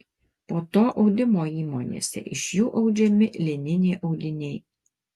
po to audimo įmonėse iš jų audžiami lininiai audiniai